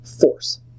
force